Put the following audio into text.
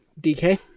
DK